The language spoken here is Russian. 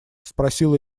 спросила